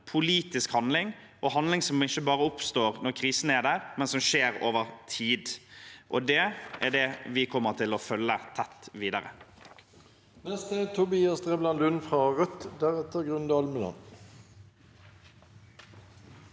politisk handling og handling som ikke bare oppstår når krisen er der, men som skjer over tid. Det kommer vi til å følge tett videre.